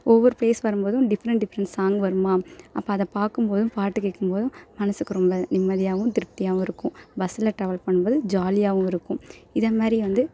ஒவ்வொரு ப்ளேஸ் வரும்போதும் different different song வருமா அப்போ அதை பார்க்கும்போதும் பாட்டு கேட்கும்போதும் மனதுக்கு ரொம்ப நிம்மதியாகவும் திருப்தியாகவும் இருக்கும் பஸ்ஸில் ட்ராவல் பண்ணும்போது ஜாலியாகவும் இருக்கும் இது மாரி வந்து